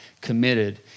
committed